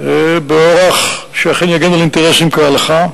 באורח שאכן יגן על אינטרסים כהלכה.